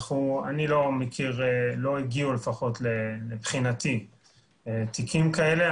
אני לא מכיר, לא הגיעו לפחות מבחינתי תיקים כאלה.